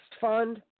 fund